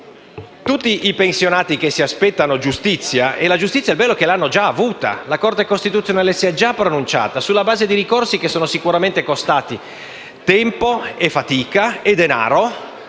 tanti pensionati che si aspettano giustizia, ed è vero che la giustizia l'hanno già avuta, perché la Corte costituzionale si è già pronunciata sulla base di ricorsi che sono sicuramente costati tempo, fatica e denaro: